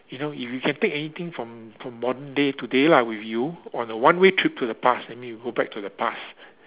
you know if you can take anything from from modern day to today lah with you on a one way trip to the past and then you go back to the past